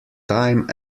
time